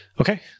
Okay